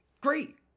great